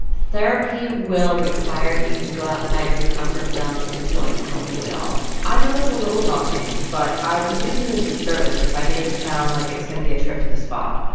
therapy will require you to go outside of your comfort zone if it's going to help you at all i know that's a little daunting, but i'd be doing you a disservice if i made this sound like it was going to be a trip to the spa.